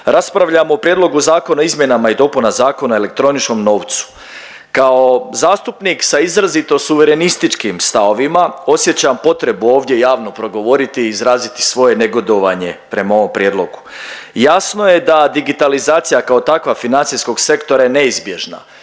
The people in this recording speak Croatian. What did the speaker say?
Raspravljamo o Prijedlogu zakona o izmjenama i dopuna Zakona o elektroničnom novcu, kao zastupnik sa izrazito suverenističkim stavovima osjećam potrebu ovdje javno progovoriti i izraziti svoje negodovanje prema ovom prijedlogu. Jasno je da digitalizacija kao takva financijskog sektora je neizbježna